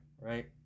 right